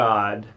God